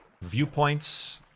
viewpoints